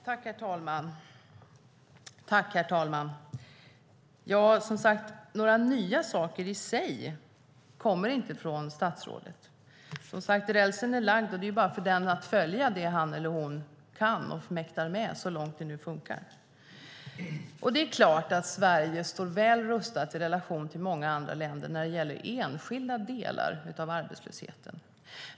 Herr talman! Några nya saker i sig kommer inte från statsrådet. Rälsen är som sagt lagd och det är bara att följa den för det han eller hon kan och mäktar med, så långt det nu funkar. Det är klart att Sverige står väl rustat i relation till många andra länder när det gäller enskilda delar av arbetslösheten.